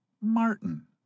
Martin